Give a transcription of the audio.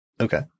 Okay